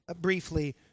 briefly